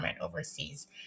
overseas